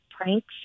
pranks